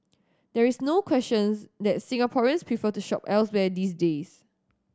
there is no questions that Singaporeans prefer to shop elsewhere these days